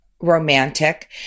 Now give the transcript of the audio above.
romantic